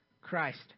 Christ